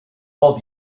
all